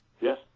Yes